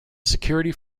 security